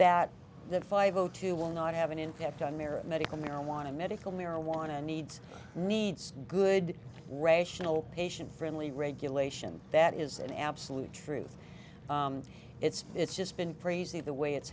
that that five o two will not have an impact on merit medical marijuana medical marijuana needs needs good rational patient friendly regulation that is an absolute truth it's it's just been crazy the way it's